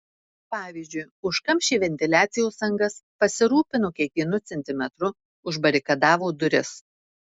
pavyzdžiui užkamšė ventiliacijos angas pasirūpino kiekvienu centimetru užbarikadavo duris